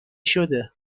شده